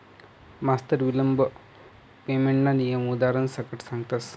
मास्तर विलंब पेमेंटना नियम उदारण सकट सांगतस